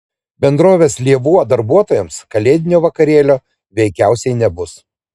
bendrovės lėvuo darbuotojams kalėdinio vakarėlio veikiausiai nebus